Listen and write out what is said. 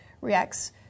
reacts